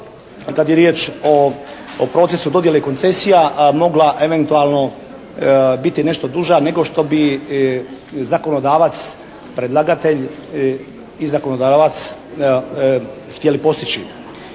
kad je riječ o procesu dodjele koncesija mogla eventualno biti nešto duža nego što bi zakonodavac, predlagatelj i zakonodavac htjeli postići.